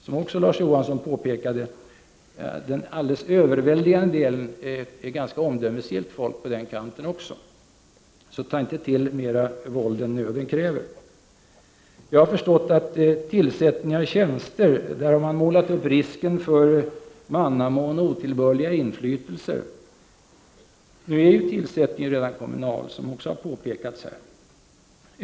Som Larz Johansson också påpekade är den alldeles övervägande delen också på den kanten ganska omdömesgillt folk. Ta därför inte till mer våld än nöden kräver! Jag har förstått att man när det gäller tillsättningen av tjänster har målat upp risken för mannamån och otillbörliga inflytelser. Nu är ju tillsättningen redan kommunal, som också har påpekats här.